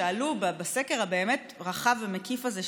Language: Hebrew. שאלו בסקר הבאמת-רחב ומקיף הזה,